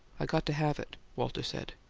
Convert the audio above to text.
i got to have it, walter said.